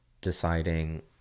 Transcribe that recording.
deciding